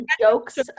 jokes